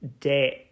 debt